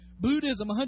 Buddhism